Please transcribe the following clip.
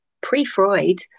pre-Freud